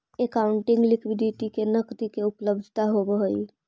accounting liquidity में नकदी के उपलब्धता होवऽ हई